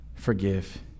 forgive